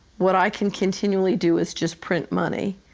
what i can continually do is just print money,